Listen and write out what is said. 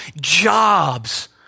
jobs